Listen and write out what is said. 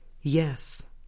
yes